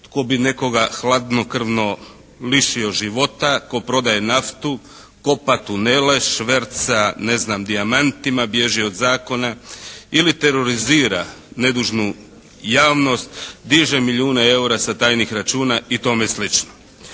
tko bi nekoga hladnokrvno lišio života ko' prodaje naftu, kopa tunele, šverca ne znam dijamantima, bježi od zakona ili terorizira nedužnu javnost, diže milijune eura sa tajnih računa i tome sl.